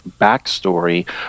backstory